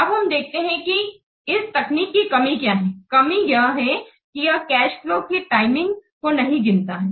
अब हम देखते हैं कि इस तकनीक की कमी क्या है कमी यह है कि यह कैश फ्लोज की टाइमिंग को नहीं गिनता है